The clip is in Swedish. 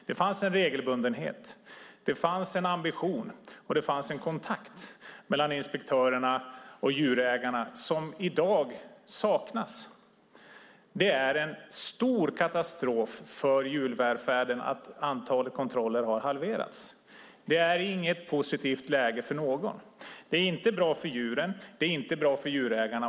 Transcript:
Det fanns en regelbundenhet, en ambition och en kontakt mellan inspektörerna och djurägarna som i dag saknas. Det är en stor katastrof för djurvälfärden att antalet kontroller halverats. Det är inget positivt läge för någon. Det är inte bra för djuren. Det är inte bra för djurägarna.